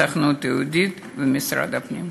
הסוכנות היהודית ומשרד הפנים.